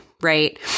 right